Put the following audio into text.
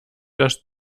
das